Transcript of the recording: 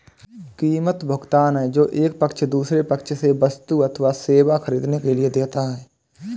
कीमत, भुगतान है जो एक पक्ष दूसरे पक्ष से वस्तु अथवा सेवा ख़रीदने के लिए देता है